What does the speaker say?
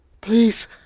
please